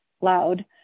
loud